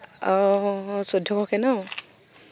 অঁ চৈধ্যশকৈ ন